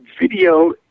Video